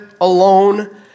alone